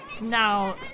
Now